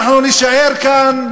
אנחנו נישאר כאן,